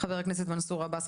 ח"כ מנסור עבאס,